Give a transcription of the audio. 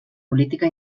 política